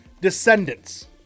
descendants